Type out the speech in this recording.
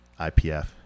IPF